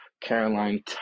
Caroline